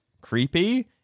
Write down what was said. creepy